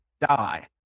die